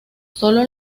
solo